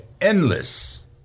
endless